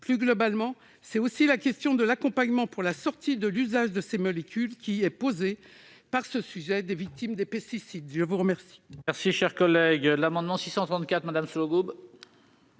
Plus globalement, c'est aussi la question de l'accompagnement de la sortie de l'usage de ces molécules qui est posée, quand on parle des victimes des pesticides. L'amendement